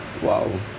!wow!